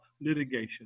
litigation